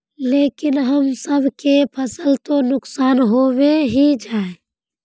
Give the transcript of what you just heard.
लेकिन हम सब के फ़सल तो नुकसान होबे ही जाय?